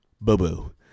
boo-boo